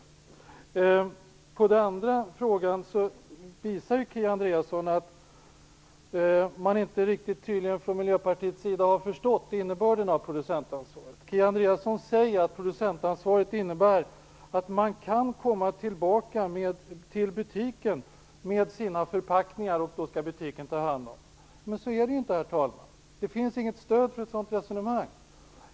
Beträffande den andra frågan visar Kia Andreasson att man i Miljöpartiet inte riktigt har förstått innebörden av producentansvaret. Kia Andreasson säger att producentansvaret innebär att man kan komma tillbaka till butiken med sina förpackningar, som butiken då skall ta ha hand om. Men, herr talman, så är det inte. Det finns inget stöd för ett sådant resonemang.